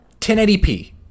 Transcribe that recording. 1080p